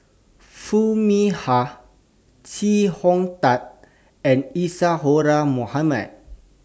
Foo Mee Har Chee Hong Tat and Isadhora Mohamed